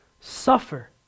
suffer